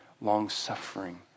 long-suffering